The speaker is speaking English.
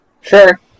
Sure